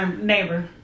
Neighbor